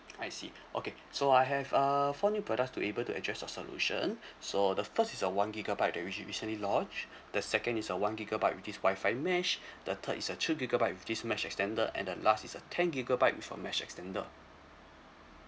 I see okay so I have uh four new products to able to address a solution so the first is a one gigabyte that which we recently launched the second is a one gigabyte which is WI-FI mesh the third is a two gigabyte with this mesh extend the and the last is a ten gigabyte with uh mesh extender